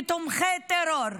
כתומכי טרור.